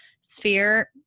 sphere